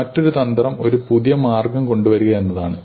മറ്റൊരു തന്ത്രം ഒരു പുതിയ മാർഗ്ഗം കൊണ്ടുവരിക എന്നതാണ്